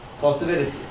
possibility